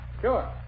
sure